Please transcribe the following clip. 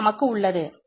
இவை நமக்கு உள்ளது